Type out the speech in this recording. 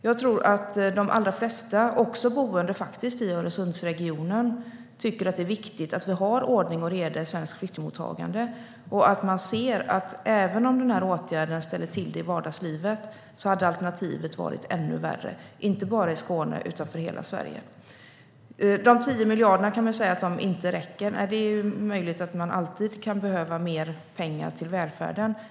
Jag tror att de allra flesta, också boende i Öresundsregionen, tycker att det är viktigt att det är ordning och reda i svenskt flyktingmottagande och att även om åtgärden ställer till det i vardagslivet hade alternativet varit ännu värre, inte bara i Skåne utan för hela Sverige. Man kan säga att de 10 miljarderna inte räcker. Det är möjligt att man alltid behöver mer pengar till välfärden.